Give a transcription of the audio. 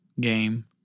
game